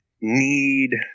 need